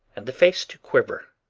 and the face to quiver.